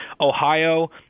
Ohio